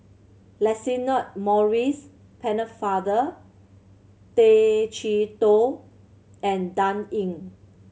Lancelot Maurice Pennefather Tay Chee Toh and Dan Ying